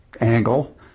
angle